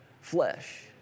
flesh